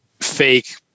fake